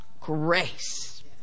grace